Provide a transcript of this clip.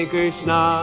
Krishna